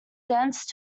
dense